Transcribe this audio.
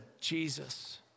Jesus